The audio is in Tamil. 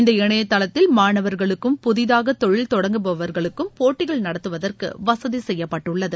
இந்த இணையதளத்தில் மாணவர்களுக்கும் புதிதாக தொழில் தொடங்குபவர்களுக்கும் போட்டிகள் நடத்துவதற்கு வசதி செய்யப்பட்டுள்ளது